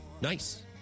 Nice